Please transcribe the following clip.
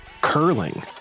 curling